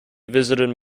visited